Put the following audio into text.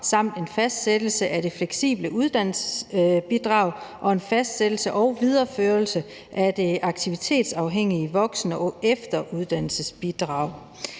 samt en fastsættelse af det fleksible uddannelsesbidrag og en fastsættelse og videreførelse af det aktivitetsafhængige voksen- og efter uddannelsesbidrag,